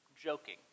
joking